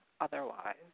otherwise